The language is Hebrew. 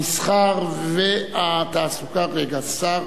התשע"ב 2012,